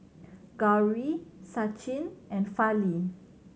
Gauri Sachin and Fali